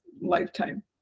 lifetime